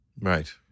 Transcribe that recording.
Right